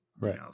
right